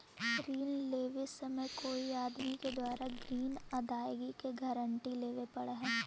ऋण लेवे समय कोई आदमी के द्वारा ग्रीन अदायगी के गारंटी लेवे पड़ऽ हई